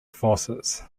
forces